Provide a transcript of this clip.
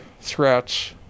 threats